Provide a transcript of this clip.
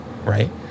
right